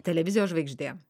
televizijos žvaigždė